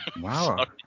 Wow